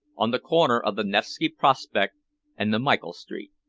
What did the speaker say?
on the corner of the nevski prospect and the michael street.